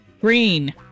Green